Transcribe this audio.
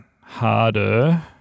harder